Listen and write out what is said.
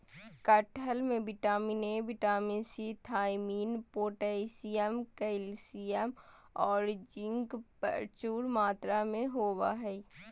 कटहल में vitamin A, vitamin C, thiamine, potassium, calcium औरो जिंक प्रचुर मात्रा में होबा हइ